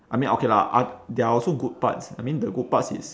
I mean okay lah oth~ there are also good parts I mean the good parts is